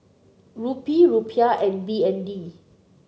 Rupee Rupiah and B N D